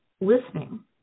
Listening